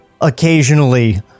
occasionally